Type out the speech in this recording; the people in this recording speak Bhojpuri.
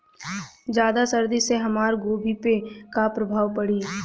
ज्यादा सर्दी से हमार गोभी पे का प्रभाव पड़ी?